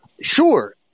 Sure